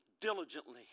Diligently